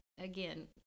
again